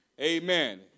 Amen